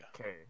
Okay